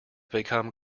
become